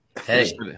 Hey